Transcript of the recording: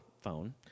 phone